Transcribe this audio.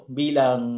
bilang